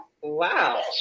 Wow